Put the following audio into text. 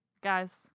guys